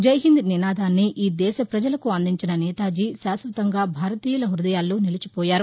జైహింద్ నినాదాన్ని ఈ దేశప్రజలకు అందించిన నేతాజీ శాశ్వతంగా భారతీయుల హృదయాల్లో నిలిచిపోయారు